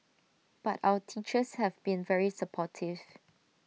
but our teachers have been very supportive